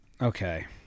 okay